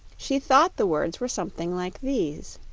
she thought the words were something like these